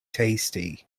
tasty